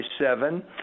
seven